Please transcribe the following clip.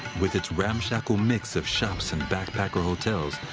with its ramshackle mix of shops and backpacker hotels,